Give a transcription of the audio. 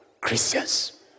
Christians